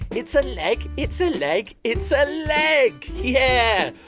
it's a leg. it's a leg. it's a leg. yeah!